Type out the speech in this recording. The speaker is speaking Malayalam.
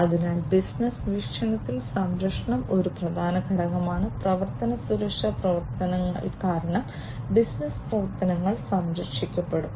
അതിനാൽ ബിസിനസ്സ് വീക്ഷണത്തിൽ സംരക്ഷണം ഒരു പ്രധാന ഘടകമാണ് പ്രവർത്തന സുരക്ഷാ പ്രവർത്തനങ്ങൾ കാരണം ബിസിനസ്സ് പ്രവർത്തനങ്ങൾ സംരക്ഷിക്കപ്പെടും